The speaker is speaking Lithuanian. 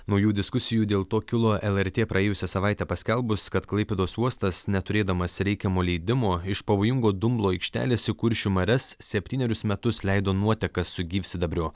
naujų diskusijų dėl to kilo lrt praėjusią savaitę paskelbus kad klaipėdos uostas neturėdamas reikiamo leidimo iš pavojingo dumblo aikštelės į kuršių marias septynerius metus leido nuotekas su gyvsidabriu